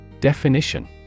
Definition